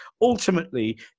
ultimately